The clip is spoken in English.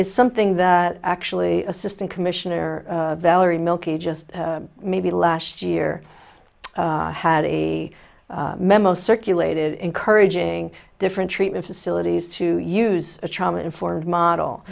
is something that actually assistant commissioner valerie milky just maybe last year had a memo circulated encouraging different treatment facilities to use a trauma informed model